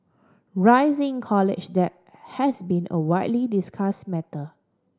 rising college debt has been a widely discussed matter